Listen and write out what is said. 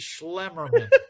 Schlemmerman